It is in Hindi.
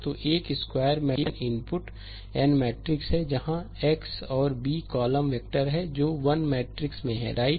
तो एक स्क्वायर मैट्रिक्स में एक n इनटू n मैट्रिक्स है जहां x और b कॉलम वेक्टर हैं जो 1 मैट्रिक्स में हैं राइट